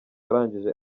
arangije